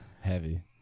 heavy